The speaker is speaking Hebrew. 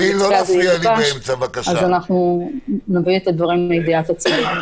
אנחנו נביא את הדברים לידיעת הציבור.